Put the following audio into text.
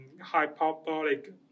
hyperbolic